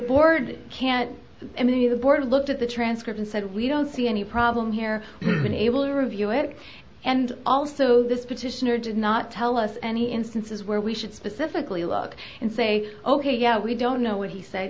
board looked at the transcript and said we don't see any problem here been able to review it and also this petitioner did not tell us any instances where we should specifically look and say ok yeah we don't know what he said